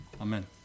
Amen